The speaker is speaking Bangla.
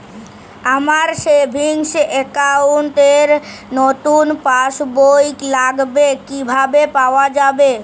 আমার সেভিংস অ্যাকাউন্ট র নতুন পাসবই লাগবে, কিভাবে পাওয়া যাবে?